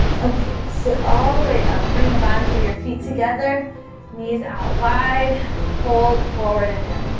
okay, sit all the way up bring the bottoms of your feet together knees out wide hold forward and down